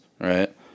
right